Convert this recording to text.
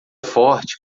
forte